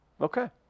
Okay